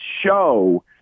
show